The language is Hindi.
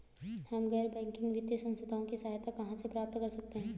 हम गैर बैंकिंग वित्तीय संस्थानों की सहायता कहाँ से प्राप्त कर सकते हैं?